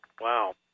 Wow